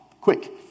Quick